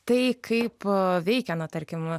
tai kaip veikia na tarkim